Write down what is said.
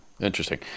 interesting